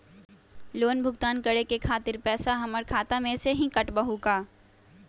Loan भुगतान करे के खातिर पैसा हमर खाता में से ही काटबहु का?